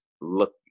look